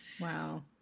Wow